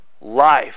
life